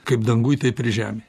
kaip danguj taip ir žemėj